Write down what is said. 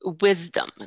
wisdom